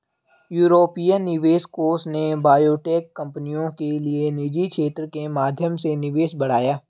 यूरोपीय निवेश कोष ने बायोटेक कंपनियों के लिए निजी क्षेत्र के माध्यम से निवेश बढ़ाया